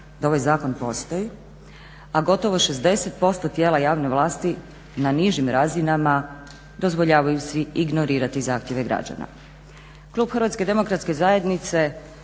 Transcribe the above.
da ovaj zakon postoji, a gotovo 60% tijela javne vlasti na nižim razinama dozvoljavaju si ignorirati zahtjeve građana. Klub HDZ-a u prvom čitanju